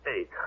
eight